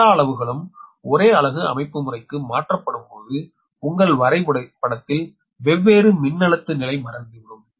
எல்லா அளவுகளும் ஒரே அலகு அமைப்புமுறைக்கு மாற்றப்படும்போது உங்கள் வரைபடத்தில் வெவ்வேறு மின்னழுத்த நிலை மறைந்துவிடும்